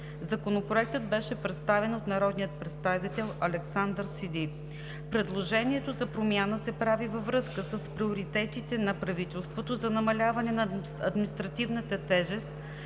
Законопроектът беше представен от народния представител Александър Сиди. Предложението за промяна се прави във връзка с приоритетите на правителството за намаляване на административната тежест.